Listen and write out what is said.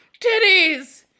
Titties